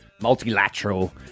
multilateral